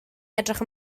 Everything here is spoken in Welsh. edrych